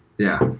yeah.